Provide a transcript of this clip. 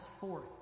forth